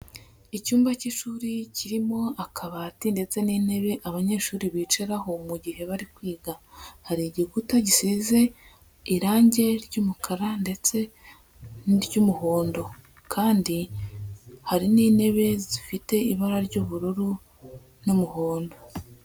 Icyumba cy'ishuri kirimo akabati ndetse n'intebe abanyeshuri bicaraho mu gihe bari kwiga, hari igikuta gisize irangi ry'umukara ndetse n'iry'umuhondo kandi hari n'intebe zifite ibara ry'ubururu n'umuhondo.